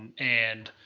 and,